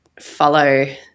follow